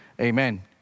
amen